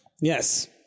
Yes